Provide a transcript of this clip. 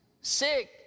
sick